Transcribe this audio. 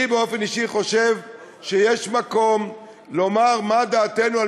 אני באופן אישי חושב שיש מקום לומר מה דעתנו על